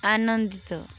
ଆନନ୍ଦିତ